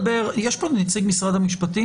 יש כאן נציג או נציגה ממשרד המשפטים?